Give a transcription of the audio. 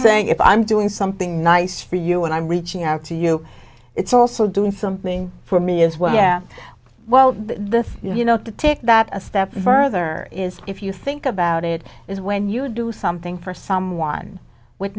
saying if i'm doing something nice for you and i'm reaching out to you it's also doing something for me as well yeah well the thing you know to take that a step further is if you think about it is when you do something for someone with